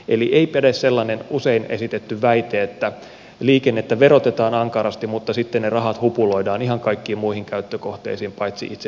eli ei päde sellainen usein esitetty väite että liikennettä verotetaan ankarasti mutta sitten ne rahat hupuloidaan ihan kaikkiin muihin käyttökohteisiin paitsi itse liikenteen kehittämiseen